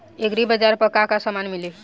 एग्रीबाजार पर का का समान मिली?